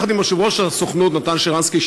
יחד עם יושב-ראש הסוכנות נתן שרנסקי,